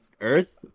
Earth